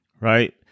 right